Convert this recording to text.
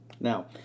Now